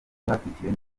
batwakiriye